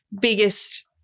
biggest